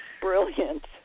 brilliant